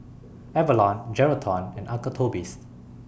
Avalon Geraldton and Uncle Toby's